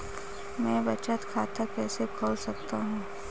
मैं बचत खाता कैसे खोल सकता हूँ?